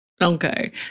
Okay